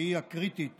שהיא קריטית